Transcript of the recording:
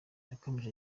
yakomeje